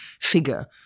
figure